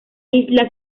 islas